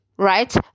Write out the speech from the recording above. right